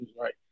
right